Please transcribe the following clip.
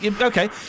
Okay